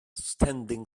standing